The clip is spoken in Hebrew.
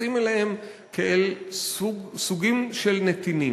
מתייחסים אליהם כאל סוגים של נתינים.